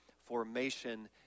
formation